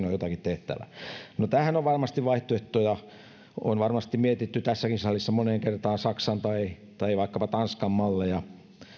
on jotakin tehtävä no tähän on varmasti vaihtoehtoja on varmasti mietitty tässäkin salissa moneen kertaan saksan tai tai vaikkapa tanskan malleja